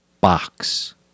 box